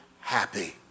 happy